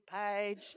page